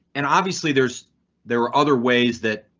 and obviously there's there are other ways that.